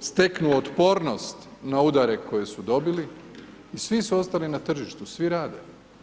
steknu otpornost na udare koje su dobili i svi su ostali na tržištu, svi rade.